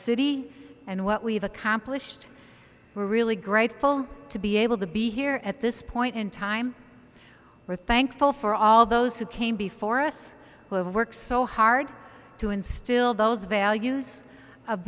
city and what we've accomplished we're really grateful to be able to be here at this point in time we're thankful for all those who came before us who have worked so hard to instill those values of